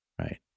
Right